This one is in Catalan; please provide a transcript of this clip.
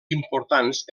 importants